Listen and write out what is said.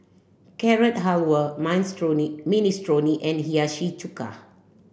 Carrot Halwa Minestrone Ministrone and Hiyashi Chuka